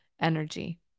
energy